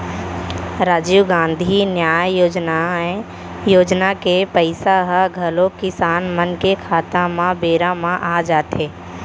राजीव गांधी न्याय योजनाए योजना के पइसा ह घलौ किसान मन के खाता म बेरा म आ जाथे